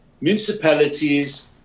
municipalities